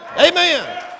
Amen